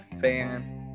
fan